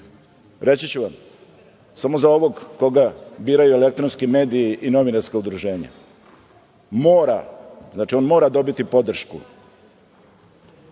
reći ću vam, samo za ovog koga biraju elektronski mediji i novinarska udruženja mora, znači, on mora dobiti podršku